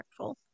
impactful